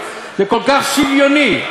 זה כל כך שוויוני,